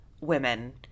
women